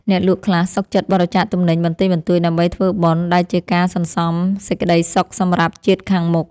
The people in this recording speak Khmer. អ្នកលក់ខ្លះសុខចិត្តបរិច្ចាគទំនិញបន្តិចបន្តួចដើម្បីធ្វើបុណ្យដែលជាការសន្សំសេចក្ដីសុខសម្រាប់ជាតិខាងមុខ។